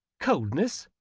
coldness?